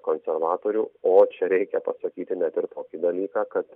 konservatorių o čia reikia pasakyti net ir tokį dalyką kad